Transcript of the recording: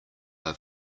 are